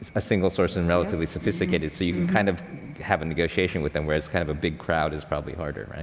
ah a single source and relatively sophisticated. so you and kind of have a negotiation with them. whereas, kind of a big crowd is probably harder,